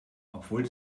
obwohl